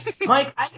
Mike